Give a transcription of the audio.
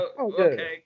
Okay